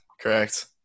Correct